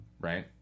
right